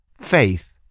faith